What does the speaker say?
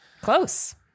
Close